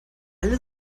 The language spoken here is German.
alle